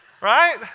right